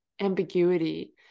ambiguity